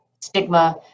stigma